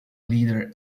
leader